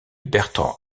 bertran